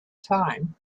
time